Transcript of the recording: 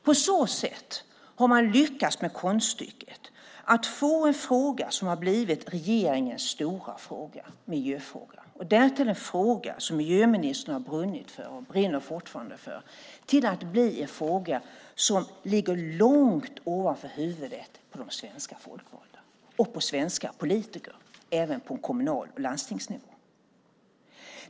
På så sätt har man lyckats med konststycket att få en fråga som har blivit regeringens stora fråga, miljöfrågan, därtill en fråga som miljöministern har brunnit för och fortfarande brinner för, till att bli en fråga som ligger långt ovanför huvudet på svenska folkvalda och svenska politiker, även på kommunal nivå och landstingsnivå.